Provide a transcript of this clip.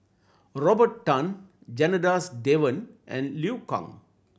Robert Tan Janadas Devan and Liu Kang